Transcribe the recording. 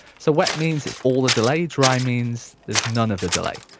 so wet means it's all the delay dry means it's none of the delay.